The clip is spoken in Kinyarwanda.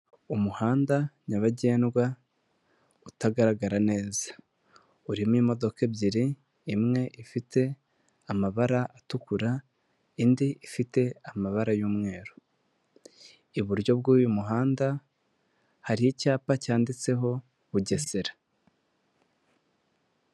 Umuhanda nyabagendwa, utagaragara neza. Urimo imodoka ebyiri, imwe ifite amabara atukura, indi ifite amabara y'umweru. Iburyo bw'uyu muhanda, hari icyapa cyanditseho Bugesera.